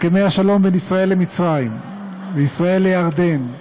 הסכמי השלום בין ישראל למצרים, בין ישראל לירדן,